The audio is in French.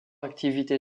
activité